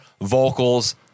vocals